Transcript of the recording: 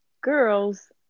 girls